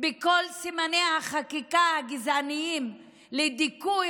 בכל סימני החקיקה הגזעניים לדיכוי